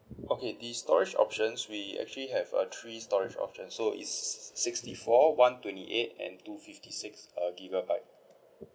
okay the storage options we actually have a three storage options so it's sixty four one twenty eight and two fifty six err gigabyte